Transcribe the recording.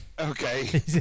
Okay